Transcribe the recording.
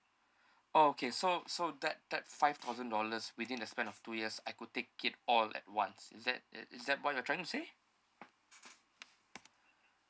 okay so so that that five thousand dollars within the span of two years I could take it all at once is that is is that what you're trying to say